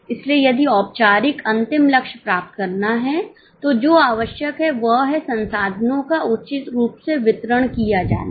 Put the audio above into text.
इसलिए यदि औपचारिक अंतिम लक्ष्य प्राप्त करना है तो जो आवश्यक है वह है संसाधनों का उचित रूप से वितरण किया जाना